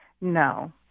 No